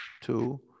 two